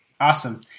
Awesome